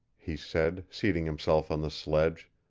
he said, seating himself on the sledge,